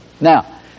Now